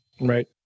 right